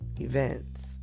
events